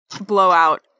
blowout